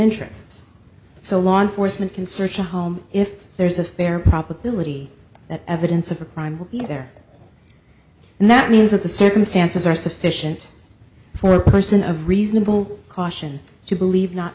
interests so law enforcement can search a home if there is a fair probability that evidence of a crime will be there and that means that the circumstances are sufficient for a person of reasonable caution to believe not